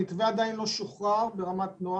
המתווה עדיין לא שוחרר ---,